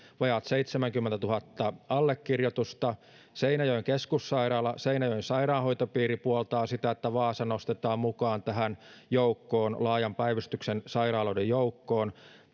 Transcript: vajaat seitsemänkymmentätuhatta allekirjoitusta seinäjoen keskussairaala ja seinäjoen sairaanhoitopiiri puoltavat sitä että vaasa nostetaan mukaan tähän laajan päivystyksen sairaaloiden joukkoon